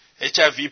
HIV